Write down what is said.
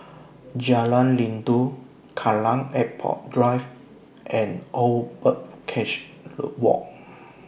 Jalan Rindu Kallang Airport Drive and Old Birdcage Low Walk